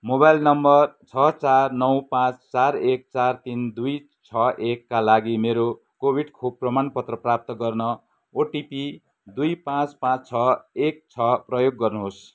mobile number छ चार नौ पाँच चार एक चार तिन दुई छ एकका लागि मेरो कोभिड खोप प्रमाणपत्र प्राप्त गर्न ओटिपी दुई पाँच पाँच छ एक छ प्रयोग गर्नुहोस्